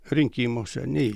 rinkimuose nei